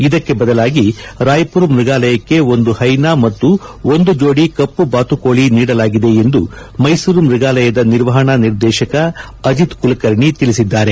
ಇದಕ್ಕೆ ಬದಲಾಗಿ ರಾಯ್ಪುರ್ ಮೃಗಾಲಯಕ್ಕೆ ಒಂದು ಹೈನಾ ಮತ್ತು ಒಂದು ಜೋದಿ ಕಪ್ಪು ಬಾತುಕೋಳಿ ನೀಡಲಾಗಿದೆ ಎಂದು ಮೈಸೂರು ಮೃಗಾಲಯದ ನಿರ್ವಹಣಾ ನಿರ್ದೇಶಕ ಅಜಿತ್ ಕುಲಕರ್ಣಿ ತಿಳಿಸಿದ್ದಾರೆ